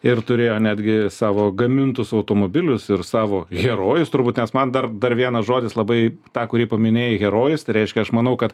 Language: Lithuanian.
ir turėjo netgi savo gamintus automobilius ir savo herojus turbūt nes man dar dar vienas žodis labai tą kurį paminėjai herojus tai reiškia aš manau kad